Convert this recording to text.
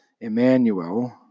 Emmanuel